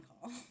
call